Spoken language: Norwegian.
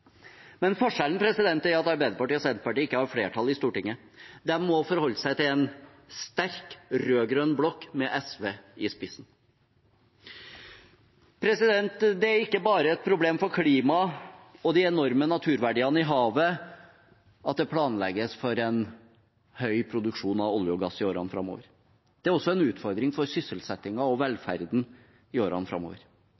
Forskjellen er at Arbeiderpartiet og Senterpartiet ikke har flertall i Stortinget. De må forholde seg til en sterk rød-grønn blokk med SV i spissen. Det er ikke bare et problem for klimaet og de enorme naturverdiene i havet at det planlegges for en høy produksjon av olje og gass i årene framover. Det er også en utfordring for sysselsettingen og